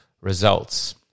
results